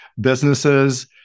businesses